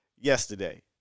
Yesterday